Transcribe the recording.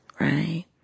right